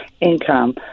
income